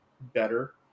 better